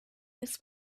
this